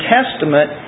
Testament